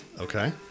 Okay